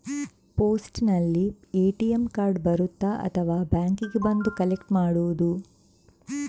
ಪೋಸ್ಟಿನಲ್ಲಿ ATM card ಬರುತ್ತಾ ಅಥವಾ ಬ್ಯಾಂಕಿಗೆ ಬಂದು ಕಲೆಕ್ಟ್ ಮಾಡುವುದು?